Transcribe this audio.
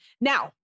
Now